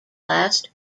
last